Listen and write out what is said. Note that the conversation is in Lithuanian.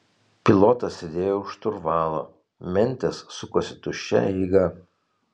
pilotas sėdėjo už šturvalo mentės sukosi tuščia eiga